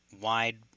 wide